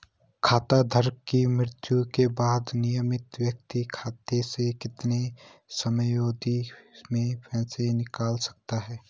खाता धारक की मृत्यु के बाद नामित व्यक्ति खाते से कितने समयावधि में पैसे निकाल सकता है?